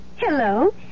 Hello